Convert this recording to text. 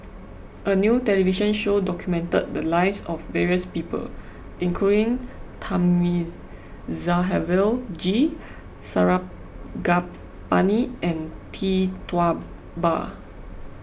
a new television show documented the lives of various people including Thamizhavel G Sarangapani and Tee Tua Ba